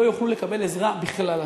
לא יוכלו לקבל עזרה בכלל.